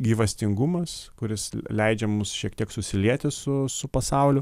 gyvastingumas kuris leidžia mums šiek tiek susilieti su su pasauliu